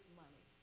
money